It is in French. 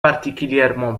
particulièrement